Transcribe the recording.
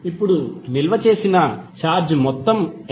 ఇప్పుడు నిల్వ చేసిన ఛార్జ్ మొత్తం ఎంత